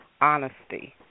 honesty